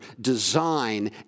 design